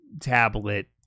tablet